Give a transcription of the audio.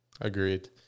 Agreed